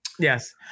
Yes